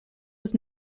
was